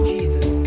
Jesus